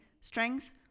strength